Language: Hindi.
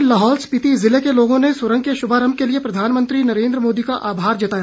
वहीं लाहौल स्पीति ज़िले के लोगों ने सुरंग के शुभारम्भ के लिए प्रधानमंत्री नरेन्द्र मोदी का आभार जताया